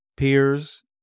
Peers